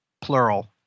plural